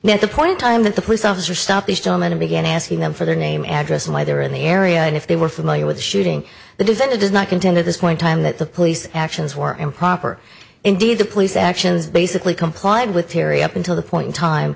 the point in time that the police officer stopped these gentlemen to begin asking them for their name address and why they were in the area and if they were familiar with shooting the defendant is not contained at this point time that the police actions were improper indeed the police actions basically complied with theory up until the point in time